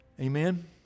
Amen